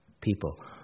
people